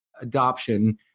adoption